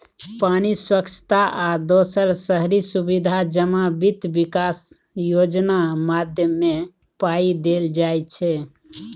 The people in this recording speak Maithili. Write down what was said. पानि, स्वच्छता आ दोसर शहरी सुबिधा जमा बित्त बिकास योजना माध्यमे पाइ देल जाइ छै